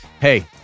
Hey